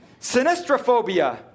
Sinistrophobia